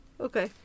Okay